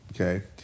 okay